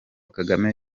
kagame